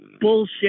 bullshit